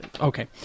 Okay